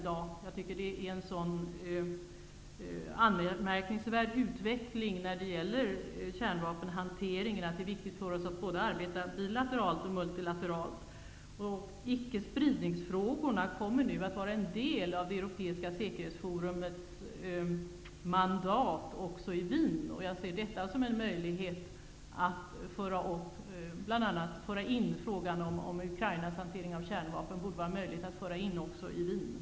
Det har skett en så anmärkningsvärd utveckling när det gäller kärnvapenhanteringen att det är viktigt för oss att arbeta både bilateralt och multilateralt. Ickespridningsfrågorna kommer nu att vara en del av det europeiska säkerhetsforumets mandat också i Wien. Det borde vara möjligt att föra in bl.a. frågan om Ukrainas hantering av kärnvapen på dagordningen i Wien.